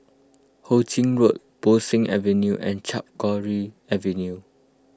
Ho Ching Road Bo Seng Avenue and Camphor Avenue